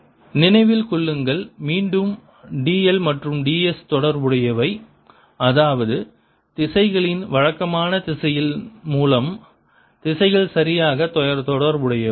dl நினைவில் கொள்ளுங்கள் மீண்டும் d l மற்றும் d s தொடர்புடையவை அதாவது திசைகளின் வழக்கமான திசையின் மூலம் திசைகள் சரியாக தொடர்புடையவை